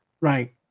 Right